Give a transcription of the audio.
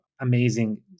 amazing